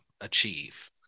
achieve